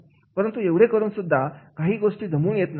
परंतु एवढे करून सुद्धा काही गोष्टी जमून येत नाहीत